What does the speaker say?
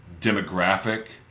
demographic